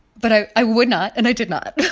but i i would not, and i did not